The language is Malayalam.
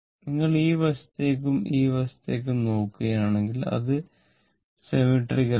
നിങ്ങൾ ഈ വശത്തേക്കും ഈ വശത്തേക്കും നോക്കുകയാണെങ്കിൽ അത് സിമെട്രിക്കൽ ആണ്